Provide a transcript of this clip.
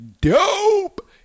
dope